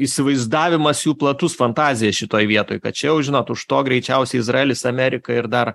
įsivaizdavimas jų platus fantazija šitoj vietoj kad čia jau žinot už to greičiausiai izraelis amerika ir dar